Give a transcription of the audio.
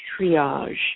triage